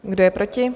Kdo je proti?